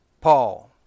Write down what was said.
Paul